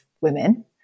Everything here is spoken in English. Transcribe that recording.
women